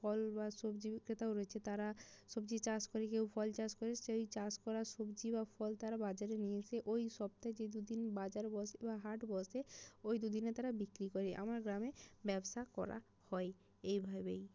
ফল বা সবজি বিক্রেতাও রয়েছে তারা সবজি চাষ করে কেউ ফল চাষ করে সেই চাষ করা সবজি বা ফল তারা বাজারে নিয়ে এসে ওই সপ্তাহে যে দু দিন বাজার বসে বা হাট বসে ওই দু দিনে তারা বিক্রি করে আমার গ্রামে ব্যবসা করা হয় এইভাবেই